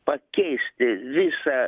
pakeisti visą